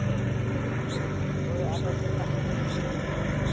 ᱦᱳᱭ ᱟᱫᱚ ᱪᱮᱫ ᱞᱮᱠᱟ